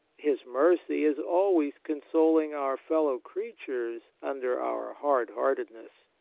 his mercy is always consoling our fellow-creatures under our hard-heartedness.